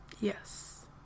Yes